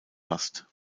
fast